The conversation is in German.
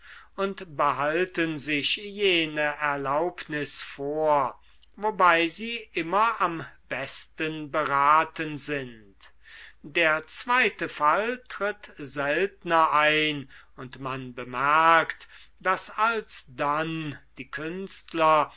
und behalten sich jene erlaubnis vor wobei sie immer am besten beraten sind der zweite fall tritt seltner ein und man bemerkt daß alsdann die künstler